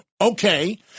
okay